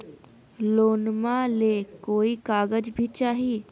लोनमा ले कोई कागज भी चाही?